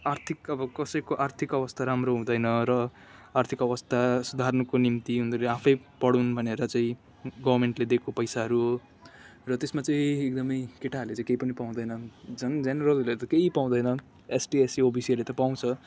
आर्थिक अब कसैको आर्थिक अवस्था राम्रो हुँदैन र आर्थिक अवस्था सुधार्नुको निम्ति उनीहरू आफै पढुन् भनेर चाहिँ गभर्मेन्ट दिएको पैसाहरू र त्यसमा चाहिँ एकदमै केटाहरूले चाहिँ केही पनि पाउँदैनन् झन् जेनरलले त केही पाउँदैनन् एसटी एससी ओबिसीहरूले त पाउँछ